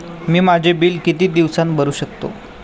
मी माझे बिल किती दिवसांत भरू शकतो?